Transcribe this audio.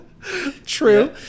True